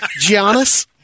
Giannis